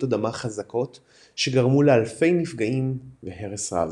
אדמה חזקות שגרמו לאלפי נפגעים והרס רב.